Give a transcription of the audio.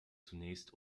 zunächst